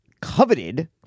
coveted